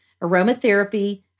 aromatherapy